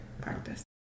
practice